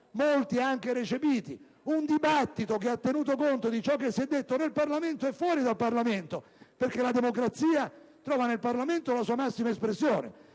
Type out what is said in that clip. molti anche recepiti) che ha tenuto conto di ciò che si è detto dentro e fuori il Parlamento, perché la democrazia trova nel Parlamento la sua massima espressione,